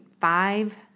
five